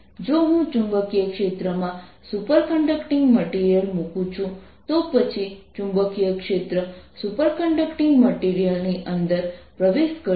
તેથી હું આ પરિણામનો ઉપયોગ r ≥ R માટે ગણતરી કરવા કરીશ અને સિલિન્ડરની અંદર E0 છે